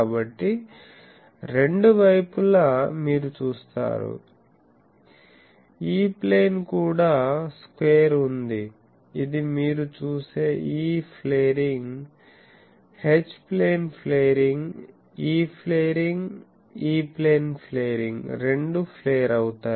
కాబట్టి రెండు వైపుల మీరు చూస్తారు ఈ ప్లేన్ కూడా స్క్వేర్ గా ఉంది ఇది మీరు చూసే ఈ ఫ్లేరింగ్ H ప్లేన్ ఫ్లేరింగ్ఈ ఫ్లేరింగ్ E ప్లేన్ ఫ్లేరింగ్ రెండూ ప్లేర్ అవుతాయి